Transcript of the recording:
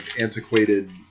antiquated